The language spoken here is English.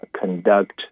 conduct